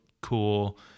cool